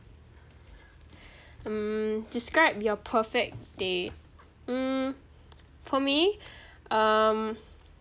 mm describe your perfect day mm for me um